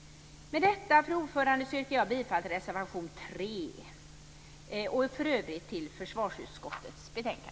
Fru talman! Med detta yrkar jag bifall till reservation 3 och i övrigt till försvarsutskottets hemställan.